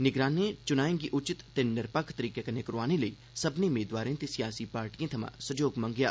निगरानें च्नाएं गी उचित ते निरपक्ख तरीके कन्नै करोआने लेई सब्भनें मेदवारें ते सियासी पार्टिएं थमां सैह्योग मंग्गेआ